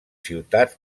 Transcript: ciutats